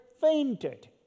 fainted